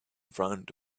front